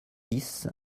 dix